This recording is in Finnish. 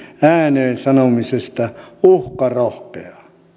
ääneen sanomisesta uhkarohkeaa